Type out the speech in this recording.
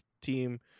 team